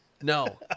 No